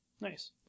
Nice